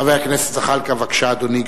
חבר הכנסת זחאלקה, בבקשה, אדוני.